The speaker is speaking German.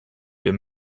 wir